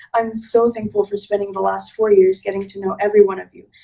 i'm so thankful for spending the last four years getting to know everyone of you,